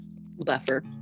buffer